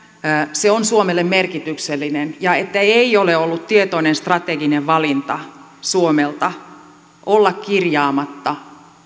se on suomelle merkityksellinen ja että ei ole ollut tietoinen strateginen valinta suomelta olla kirjaamatta